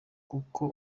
nkuko